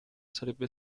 sarebbe